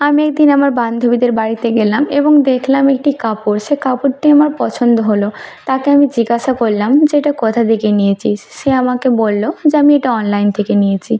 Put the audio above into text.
আমি এক দিন আমার বান্ধবীদের বাড়িতে গেলাম এবং দেখলাম একটি কাপড় সে কাপড়টি আমার পছন্দ হল তাকে আমি জিজ্ঞাসা করলাম যে এটা কোথা থেকে নিয়েছিস সে আমাকে বলল যে আমি এটা অনলাইন থেকে নিয়েছি